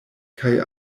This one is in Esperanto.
kaj